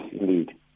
indeed